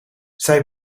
zij